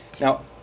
Now